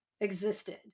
existed